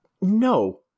No